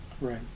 Right